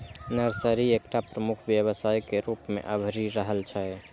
nursery एकटा प्रमुख व्यवसाय के रूप मे अभरि रहल छै